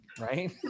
right